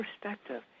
perspective